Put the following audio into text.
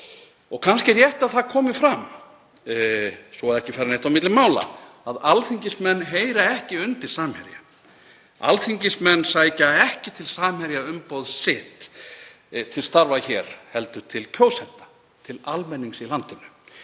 Kannski er rétt að það komi fram, svo ekki fari neitt á milli mála, að alþingismenn heyra ekki undir Samherja. Alþingismenn sækja ekki til Samherja umboð sitt til starfa hér heldur til kjósenda, til almennings í landinu.